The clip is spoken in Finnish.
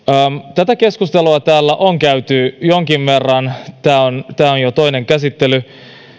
tätä keskustelua täällä on käyty jonkin verran tämä on tämä on jo toinen käsittely